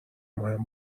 مهم